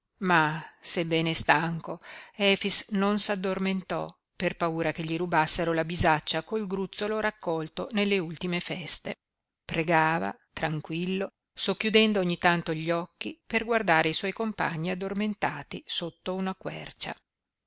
ma sebbene stanco efix non s'addormentò per paura che gli rubassero la bisaccia col gruzzolo raccolto nelle ultime feste pregava tranquillo socchiudendo ogni tanto gli occhi per guardare i suoi compagni addormentati sotto una quercia